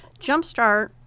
Jumpstart